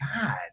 god